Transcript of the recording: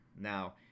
Now